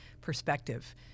perspective